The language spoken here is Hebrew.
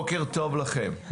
בוקר טוב לכם.